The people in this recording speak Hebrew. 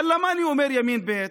אבל למה אני אומר ימין ב'?